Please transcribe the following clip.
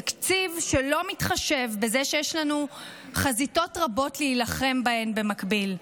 תקציב שלא מתחשב בכך שיש לנו חזיתות רבות להילחם בהן במקביל,